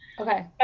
Okay